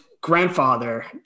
grandfather